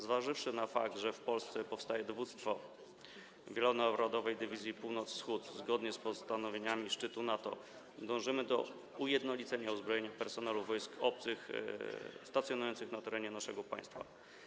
Zważywszy na fakt, że w Polsce powstaje Dowództwo Wielonarodowej Dywizji Północ-Wschód, zgodnie z postanowieniami szczytu NATO dążymy do ujednolicenia uzbrojenia personelu wojsk obcych stacjonujących na terenie naszego państwa.